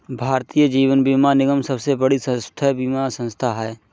भारतीय जीवन बीमा निगम सबसे बड़ी स्वास्थ्य बीमा संथा है